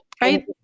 right